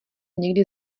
někdy